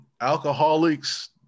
Alcoholics